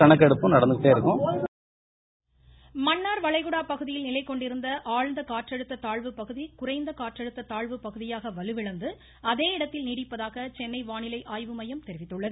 Subbaiyan voice வானிலை மன்னார் வளைகுடா பகுதியில் நிலைகொண்டிருந்த ஆழ்ந்த காற்றழுத்த தாழ்வு பகுதி குறைந்த காற்றழுத்த தாழ்வுப் பகுதியாக வலுவிழந்து அதே இடத்தில் நீடிப்பதாக சென்னை வானிலை ஆய்வுமையம் தெரிவித்துள்ளது